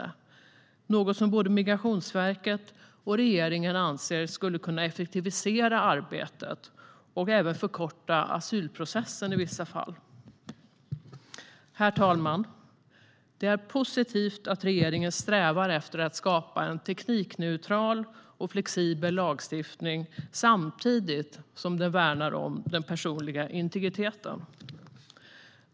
Det är något som både Migrationsverket och regeringen anser skulle kunna effektivisera arbetet och även förkorta asylprocessen i vissa fall. Herr talman! Det är positivt att regeringen strävar efter att skapa en teknikneutral och flexibel lagstiftning samtidigt som den värnar om den personliga integriteten.